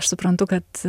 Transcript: aš suprantu kad